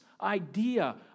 idea